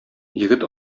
егет